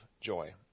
joy